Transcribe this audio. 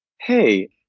hey